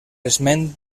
esment